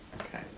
Okay